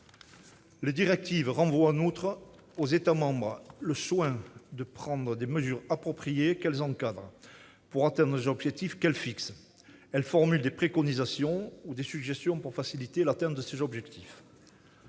Les directives renvoient en outre aux États membres le soin de prendre des « mesures appropriées », qu'elles encadrent, pour atteindre les objectifs qu'elles fixent. Elles formulent des préconisations ou des suggestions pour faciliter l'atteinte de ces objectifs.